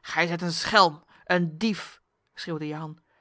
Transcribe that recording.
gij zijt een schelm een dief schreeuwde jehan